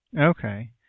Okay